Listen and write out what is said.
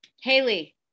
Haley